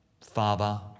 Father